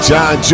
John